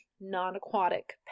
non-aquatic